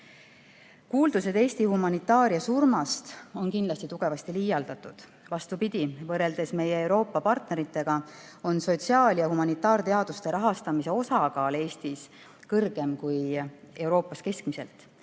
lahenema. Kuuldused Eesti humanitaaria surmast on tugevasti liialdatud. Vastupidi, võrreldes meie Euroopa partneritega on sotsiaal- ja humanitaarteaduste rahastamise osakaal Eestis suurem kui Euroopas keskmiselt.